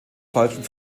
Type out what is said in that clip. falschen